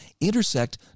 intersect